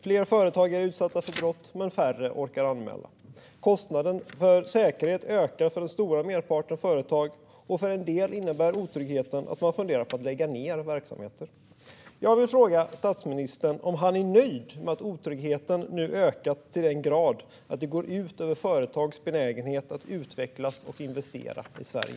Fler företagare är utsatta för brott, men färre orkar anmäla. Kostnaderna för säkerheten ökar för den stora merparten av företag. För en del innebär otryggheten att man funderar på att lägga ned verksamheter. Jag vill fråga statsministern om han är nöjd med att otryggheten nu ökar till den grad att det går ut över företags benägenhet att utvecklas och investera i Sverige.